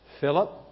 Philip